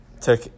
took